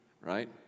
right